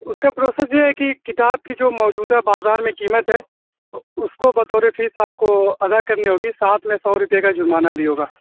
اس کا پروسیس یہ ہے کہ کتاب کی جو موجودہ بازار میں قیمت ہے اس کو بطور فیس آپ کو ادا کرنی ہوگی ساتھ میں سو روپیے کا جرمانہ بھی ہوگا